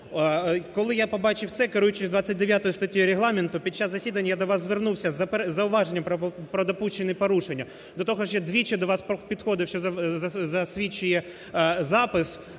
Коли я побачив це, керуючись 29 статтею Регламенту, під час засідання я до вас звернувся з зауваженням про допущені порушення. До того ж, я двічі до вас підходив, що засвідчує запис,